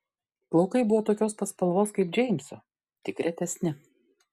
plaukai buvo tokios pat spalvos kaip džeimso tik retesni